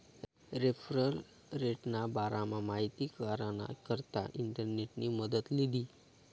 referral रेटना बारामा माहिती कराना करता इंटरनेटनी मदत लीधी